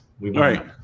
Right